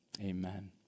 Amen